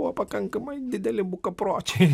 buvo pakankamai dideli bukapročiai